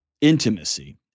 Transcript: intimacy